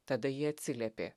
tada ji atsiliepė